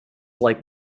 like